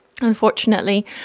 Unfortunately